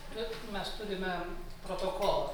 bet mes turime protokolą